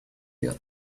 you